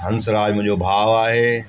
हंसराज मुंहिंजो भाउ आहे